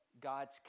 God's